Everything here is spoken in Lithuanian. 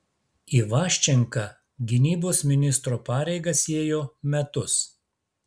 ivaščenka gynybos ministro pareigas ėjo metus